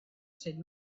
said